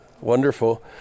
Wonderful